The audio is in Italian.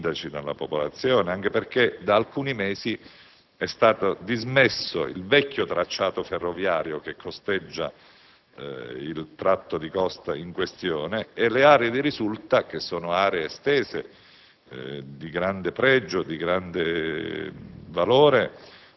dai sindaci e dalla popolazione, anche perché da alcuni mesi è stato dismesso il vecchio tracciato ferroviario che segue il tratto di costa in questione e le aree di risulta, che si presentano estese e di grande pregio e valore,